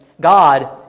God